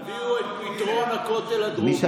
תביאו את פתרון הכותל הדרומי.